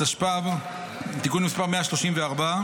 התשפ"ב (תיקון מסי 134),